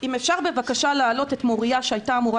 אם אפשר בבקשה להעלות ב-זום את מוריה שהייתה אמורה